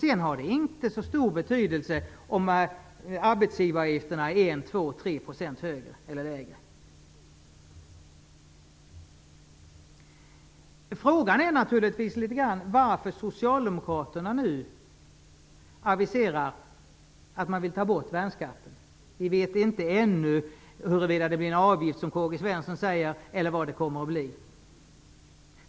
Det har inte så stor betydelse om arbetsgivaravgifterna är 1, 2 eller 3 % Frågan är naturligtvis varför Socialdemokraterna nu aviserar att man vill ta bort värnskatten. Vi vet ännu inte huruvida det blir en avgift, som K-G Svenson säger.